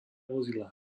vozidla